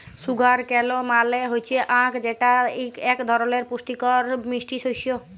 sugar cane মাল হচ্যে আখ যেটা এক ধরলের পুষ্টিকর মিষ্টি শস্য